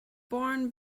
born